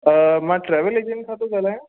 मां travel agent खां थो ॻाल्हायां